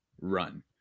run